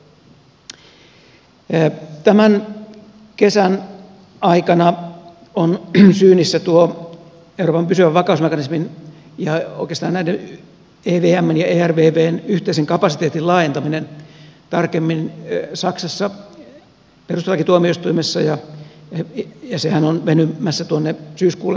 tämän kesän aikana on syynissä tuo euroopan pysyvän vakausmekanismin ja oikeastaan näiden evmn ja ervvn yhteisen kapasiteetin laajentaminen tarkemmin saksassa perustuslakituomioistuimessa ja sieltä saatava kannanottohan on venymässä tuonne syyskuulle